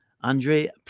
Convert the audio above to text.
Andre